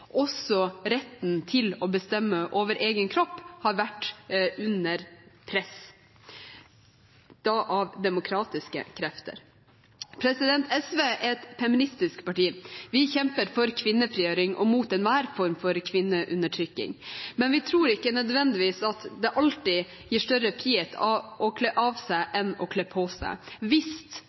Også retten til å bestemme over egen kropp har vært under press – og da av demokratiske krefter. SV er et feministisk parti. Vi kjemper for kvinnefrigjøring og mot enhver form for kvinneundertrykking, men vi tror ikke nødvendigvis at det alltid gir større frihet å kle av seg enn å kle på seg